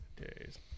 days